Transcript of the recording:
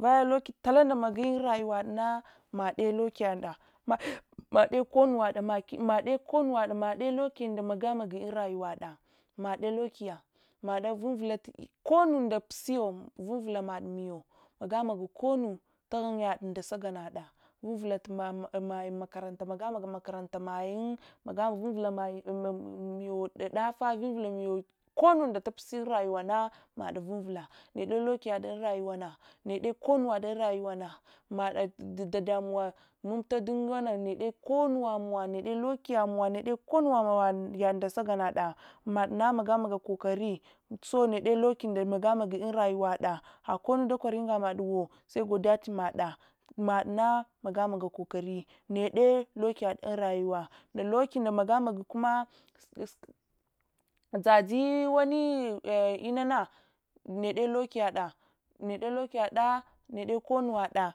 Lucky kalunda magi unrayuwadna maɗɗe weky yaɗɗa maɗɗe konnuwaɗɗa maɗɗe lacky yunda maga magi unrayuwaɗa madde rivula ronnnuw pusiyo vivula maɗmiyo magimaga konnu ndasagangada, vivula mayun tu makaranta magamagayuntu makaranta, vwula mayun daffali, vwule miyo konnunda tukisiyi intayuwana mad vivulah neehi luck yad un duniya, neehe konuni ad unrayuwana mada, dadamowa mamta, konuwamowa niche lucky yannuwa, konnuwamowo yad nasegangada madna magamaga kokari so neehe luckiya magamagayun un rayuwada, hakonnu dakori unga maduwa segodiya tu maɗɗa, maɗna magamagat tukokari niche lucky yad unrayuwa, luck yunɗa magamaga kumma dzdzwani inana neta lucky yada need konuwaɗa,